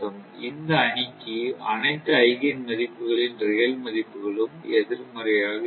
இந்த அணிக்கு அனைத்து ஐகேன் மதிப்புகளின் ரியல் மதிப்புகளும் எதிர்மறையாக இருக்கும்